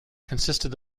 consisted